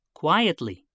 quietly